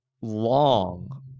long